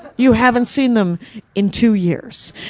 you haven't seen them in two years.